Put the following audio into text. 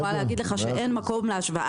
אני יכולה להגיד לך שאין מקום להשוואה.